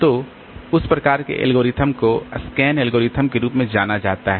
तो उस प्रकार के एल्गोरिथ्म को SCAN एल्गोरिथम के रूप में जाना जाता है